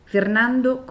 Fernando